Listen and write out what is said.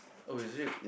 oh is it